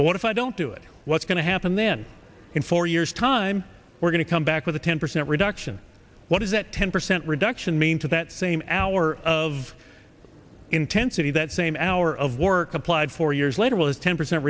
but what if i don't do it what's going to happen then in four years time we're going to come back with a ten percent reduction what does that ten percent reduction mean to that same hour of intensity that same hour of work applied four years later was ten percent